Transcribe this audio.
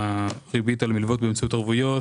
הריבית על מלוות באמצעות ערבויות